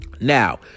Now